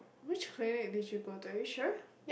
which clinic did you go to are you sure